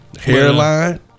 Hairline